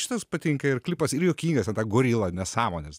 šitas patinka ir klipas ir juokingas ir ta gorila nesąmonės